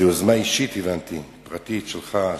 אני מבין שזו יוזמה אישית, פרטית שלך.